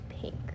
pink